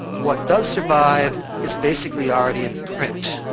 what does survive is basically already in print.